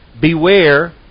Beware